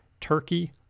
Turkey